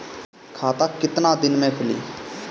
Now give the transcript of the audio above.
खाता कितना दिन में खुलि?